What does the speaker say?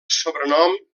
sobrenom